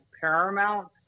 paramount